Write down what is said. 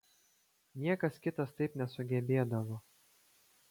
niekas kitas taip nesugebėdavo